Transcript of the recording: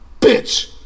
bitch